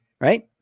Right